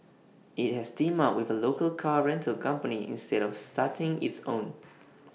IT has teamed up with A local car rental company instead of starting its own